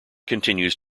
continues